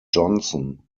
johnson